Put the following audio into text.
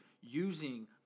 using